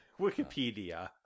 Wikipedia